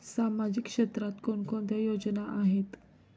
सामाजिक क्षेत्रात कोणकोणत्या योजना आहेत?